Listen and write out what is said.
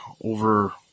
over